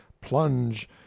plunge